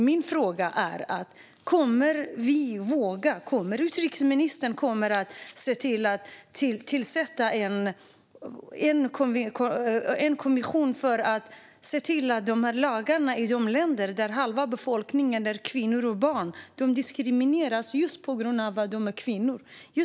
Min fråga är: Kommer utrikesministern att se till att tillsätta en kommission för att se över lagarna om detta i dessa länder, där halva befolkningen - kvinnor och barn - diskrimineras på grund av att de är kvinnor?